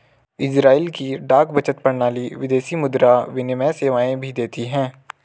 Israel की डाक बचत प्रणाली विदेशी मुद्रा विनिमय सेवाएं भी देती है